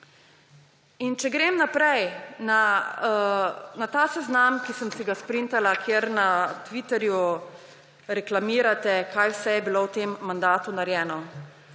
če grem naprej na ta seznam, ki sem si ga sprintala, kjer na Twitterju reklamirate, kaj vse je bilo v tem mandatu narejeno.